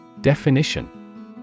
Definition